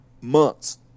months